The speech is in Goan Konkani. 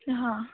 हां